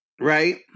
right